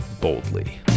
boldly